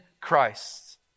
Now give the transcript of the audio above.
Christ